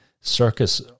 circus